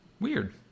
Weird